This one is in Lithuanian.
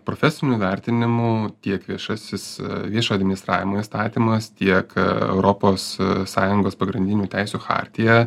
profesiniu vertinimu tiek viešasis viešo administravimo įstatymas tiek europos sąjungos pagrindinių teisių chartija